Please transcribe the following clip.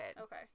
okay